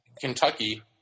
Kentucky